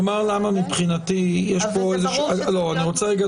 אני אומר למה זה חשוב.